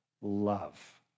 love